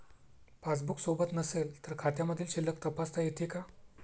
Passbook सोबत नसेल तर खात्यामधील शिल्लक तपासता येते का?